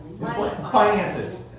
Finances